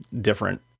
different